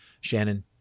Shannon